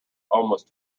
almost